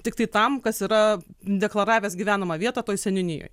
tiktai tam kas yra deklaravęs gyvenamą vietą toj seniūnijoj